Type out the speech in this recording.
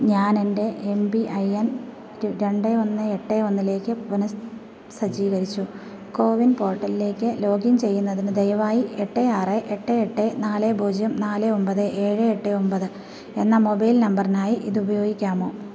ഞാൻ എൻ്റെ M P I N രണ്ട് ഒന്ന് എട്ട് ഒന്നിലേക്ക് പുനഃസജ്ജീകരിച്ചു കോവിൻ പോർട്ടലിലേക്ക് ലോഗിൻ ചെയ്യുന്നതിന് ദയവായി എട്ട് ആറ് എട്ട് എട്ട് നാല് പൂജ്യം നാല് ഒമ്പത് ഏഴ് എട്ട് ഒമ്പത് എന്ന മൊബൈൽ നമ്പറിനായി ഇത് ഉപയോഗിക്കാമോ